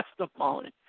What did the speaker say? testimony